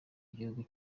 gihugu